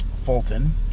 Fulton